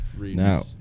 Now